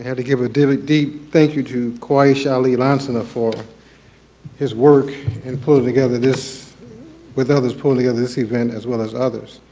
to give a dig deep thank you to quraysh ali lansana for his work and pulling together this with others pulling together this event as well as others.